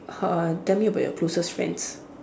uh tell me about your closest friends